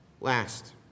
Last